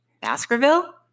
Baskerville